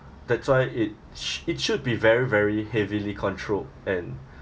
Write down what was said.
that's why it sho~ it should be very very heavily controlled and